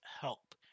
help